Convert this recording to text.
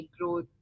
growth